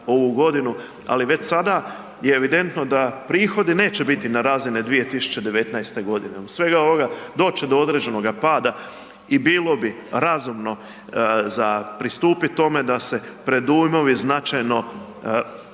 ali već sada je evidentno da prihodi neće biti na razini 2019. godine. Zbog svega ovoga doći će do određenoga pada i bilo bi razumno za pristupiti tome da se predujmovi značajno korigiraju